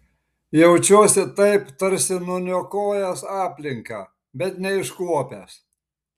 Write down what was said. jaučiuosi taip tarsi nuniokojęs aplinką bet neiškuopęs